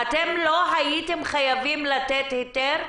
לא הייתם חייבים לתת היתר?